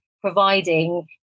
providing